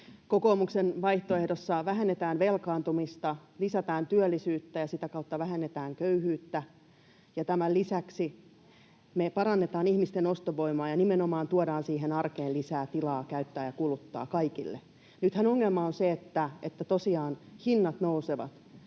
Kokoomuksen vaihtoehdossa vähennetään velkaantumista, lisätään työllisyyttä ja sitä kautta vähennetään köyhyyttä, ja tämän lisäksi me parannetaan ihmisten ostovoimaa ja nimenomaan tuodaan siihen arkeen lisää tilaa käyttää ja kuluttaa kaikille. Nythän ongelma on se, että tosiaan hinnat nousevat,